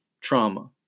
trauma